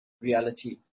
reality